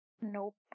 Nope